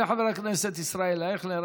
תודה לחבר הכנסת ישראל אייכלר.